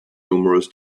numerous